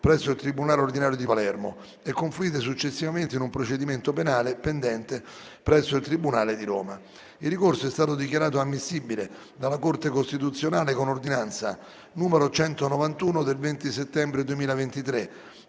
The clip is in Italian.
presso il tribunale ordinario di Palermo e confluite successivamente in un procedimento penale pendente presso il tribunale di Roma. Il ricorso è stato dichiarato ammissibile dalla Corte costituzionale con ordinanza n. 191 del 20 settembre 2023,